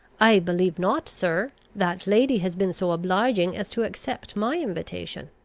i believe not, sir that lady has been so obliging as to accept my invitation.